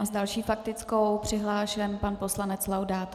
S další faktickou je přihlášen pan poslanec Laudát.